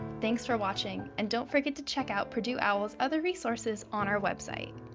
thanks for watching, and don't forget to check out purdue owl's other resources on our website.